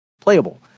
playable